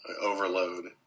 overload